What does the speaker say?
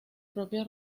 propio